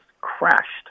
crashed